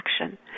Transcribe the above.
action